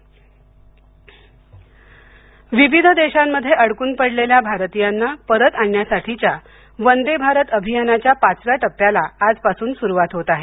वंदे भारत अभियान विविध देशांमध्ये अडकून पडलेल्या भारतीयांना परत आणण्यासाठीच्या वंदे भारत अभियानाच्या पाचव्या टप्प्याला आजपासून सुरुवात होत आहे